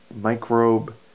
microbe